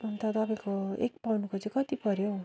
अन्त तपाईँको एक पाउन्डको चाहिँ कति पऱ्यो हौ